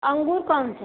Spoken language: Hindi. अंगूर कौन सा है